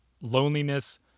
loneliness